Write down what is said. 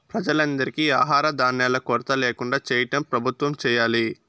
ప్రజలందరికీ ఆహార ధాన్యాల కొరత ల్యాకుండా చేయటం ప్రభుత్వం చేయాలి